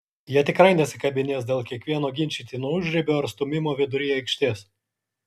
jie tikrai nesikabinės dėl kiekvieno ginčytino užribio ar stūmimo vidury aikštės